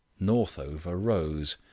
northover rose.